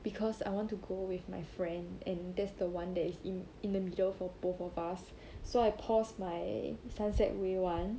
because I want to go with my friend and that's the one that is in in the middle for both of us so I pause my sunset way [one]